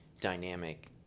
dynamic